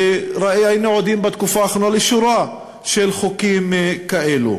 והיינו עדים בתקופה האחרונה לשורה של חוקים כאלו.